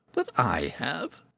that i have!